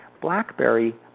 blackberry